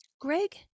Greg